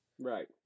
Right